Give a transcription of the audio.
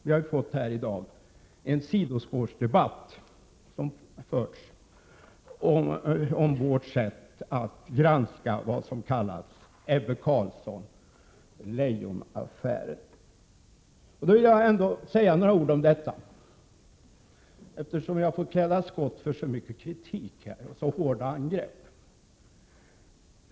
Vi har ju här i dag fått en sidospårsdebatt om vårt sätt att granska vad som kallas Ebbe Carlsson—Leijon-affären. Jag vill säga några ord om detta, eftersom jag har fått klä skott för så mycken kritik, så hårda angrepp.